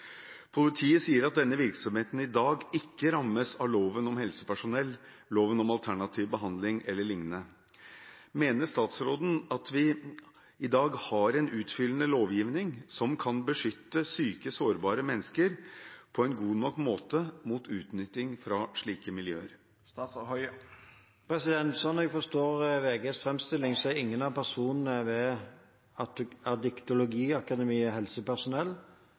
Politiet sier at denne virksomheten i dag ikke omfattes av loven om helsepersonell, loven om alternativ behandling, eller lignende. Mener statsråden at vi i dag har en utfyllende lovgivning som kan beskytte syke sårbare mennesker på en god nok måte mot utnytting fra slike miljøer?» Slik jeg forstår VGs framstilling, er ingen av personene ved Addictologi Akademiet helsepersonell,